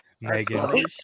Megan